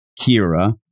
kira